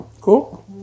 Cool